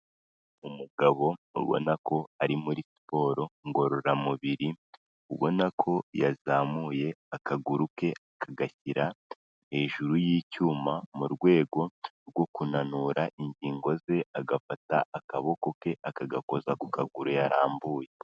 Umugabo abona ko ari muri siporo ngororamubiri, ubona ko yazamuye akaguru ke kagashyira hejuru y'icyuma mu rwego rwo kunanura ingingo ze, agafata akaboko ke akagakoza ku kaguru yarambuye.